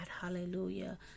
Hallelujah